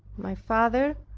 my father,